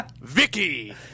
Vicky